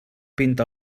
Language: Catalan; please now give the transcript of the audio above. pinta